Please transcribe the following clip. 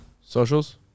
Socials